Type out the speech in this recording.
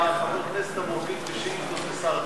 חבר הכנסת הוא המוביל בשאילתות לשר החינוך,